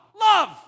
Love